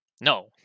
No